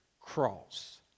cross